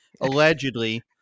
Allegedly